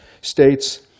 states